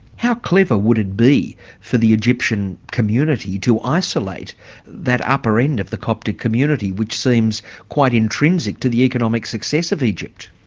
how clever would it be for the egyptian community to isolate that upper end of the coptic community, which seems quite intrinsic to the economic success of egypt?